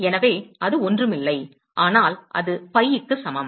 எனவே அது ஒன்றும் இல்லை ஆனால் அது piக்கு சமம்